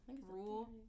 rule